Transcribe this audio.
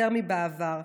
יותר מבעבר.